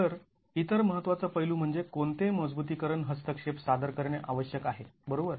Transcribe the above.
तर इतर महत्त्वाचा पैलू म्हणजे कोणते मजबुतीकरण हस्तक्षेप सादर करणे आवश्यक आहे बरोबर